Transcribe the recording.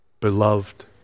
beloved